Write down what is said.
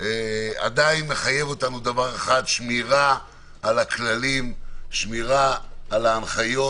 עדיין מחייב אותנו דבר אחד שמירה על הכללים ועל ההנחיות.